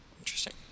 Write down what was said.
interesting